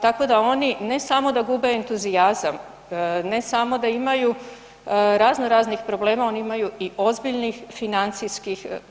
Tako da oni ne samo da gube entuzijazam, ne samo da imaju razno raznih problema oni imaju i ozbiljnih financijskih problema.